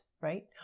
right